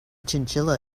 chinchilla